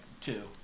two